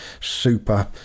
super